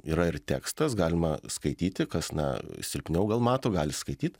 yra ir tekstas galima skaityti kas na silpniau gal mato gali skaityt